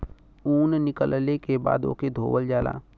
ऊन निकलले के बाद ओके धोवल जाला